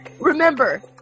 Remember